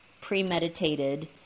premeditated